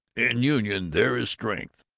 in union there is strength.